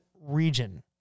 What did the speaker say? region